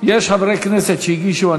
יש חברי כנסת שהגישו?